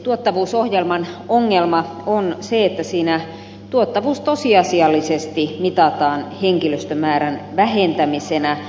tuottavuusohjelman ongelma on se että siinä tuottavuus tosiasiallisesti mitataan henkilöstömäärän vähentämisenä